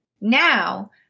Now